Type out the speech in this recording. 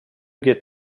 get